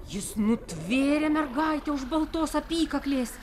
jis nutvėrė mergaitę už baltos apykaklės